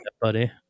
buddy